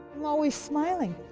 i'm always smiling.